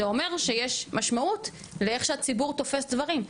זה אומר שיש משמעות לאיך שהציבור תופס דברים.